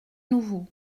nouveau